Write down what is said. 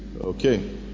Okay